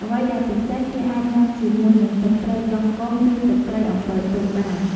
អ្វីដែលពិសេសគេអាចញ៉ាំជាមួយនឹងទឹកត្រីកោះកុងឬទឹកត្រីអំពិលទុំបាន។